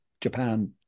Japan